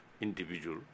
individual